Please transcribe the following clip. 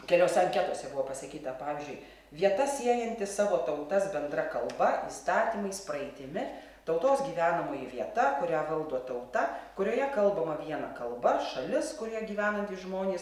keliose anketose buvo pasakyta pavyzdžiui vieta siejanti savo tautas bendra kalba įstatymais praeitimi tautos gyvenamoji vieta kurią valdo tauta kurioje kalbama viena kalba šalis kurioje gyvenantys žmonės